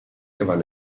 gewann